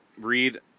read